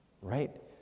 right